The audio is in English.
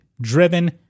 driven